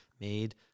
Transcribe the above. Made